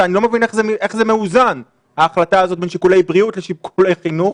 ואני לא מבין איך ההחלטה הזאת מאוזנת בין שיקולי בריאות לשיקולי חינוך